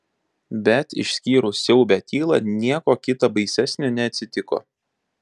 bet išskyrus siaubią tylą nieko kita baisesnio neatsitiko